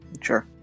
Sure